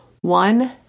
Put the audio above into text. one